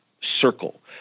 circle